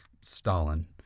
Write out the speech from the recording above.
Stalin